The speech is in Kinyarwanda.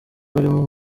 barimo